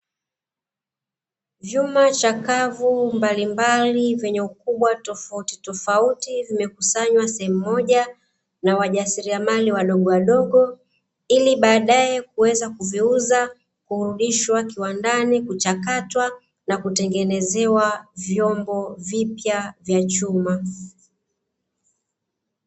Vyuma chakavu mbalimbali vyenye ukubwa tofautitofauti, vimekusanywa sehemu moja na wajasiriamali wadogowadogo, ili baadaye kuweza kuviuza, kurudishwa kiwandani kuchakatwa na kutengenezewa vyombo vipya vya chuma.